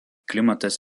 klimatas